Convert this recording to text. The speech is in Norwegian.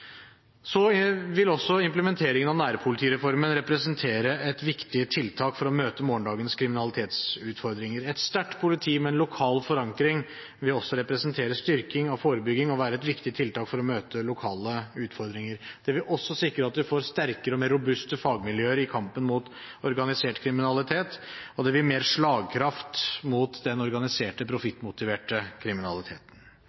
Så vil også implementeringen av nærpolitireformen representere et viktig tiltak for å møte morgendagens kriminalitetsutfordringer. Et sterkt politi med en lokal forankring vil også representere styrking og forebygging og være et viktig tiltak for å møte lokale utfordringer. Det vil også sikre at vi får sterkere og mer robuste fagmiljøer i kampen mot organisert kriminalitet, og det blir mer slagkraft mot den organiserte,